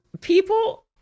people